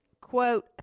quote